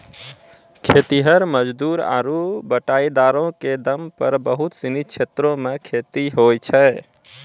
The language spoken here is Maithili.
खेतिहर मजदूर आरु बटाईदारो क दम पर बहुत सिनी क्षेत्रो मे खेती होय छै